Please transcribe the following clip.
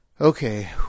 okay